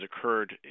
occurred